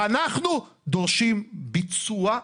ואנחנו דורשים ביצוע.